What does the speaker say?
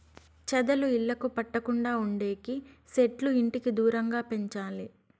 చెదలు ఇళ్లకు పట్టకుండా ఉండేకి సెట్లు ఇంటికి దూరంగా పెంచాలి